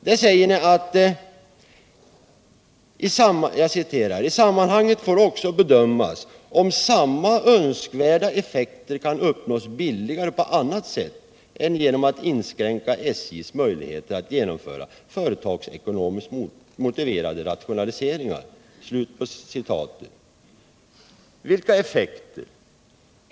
Där säger utskottet: ”I sammanhanget får också bedömas om samma önskvärda effekter kan uppnås billigare på annat sätt än genom att inskränka SJ:s möjligheter att genomföra företagsekonomiskt motiverade rationaliseringar.” Vilka effekter?